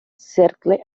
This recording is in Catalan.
cercle